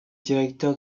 directeur